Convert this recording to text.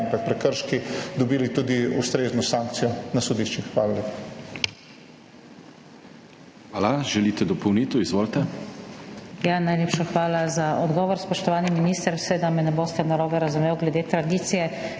prekrški dobili tudi ustrezno sankcijo na sodiščih. Hvala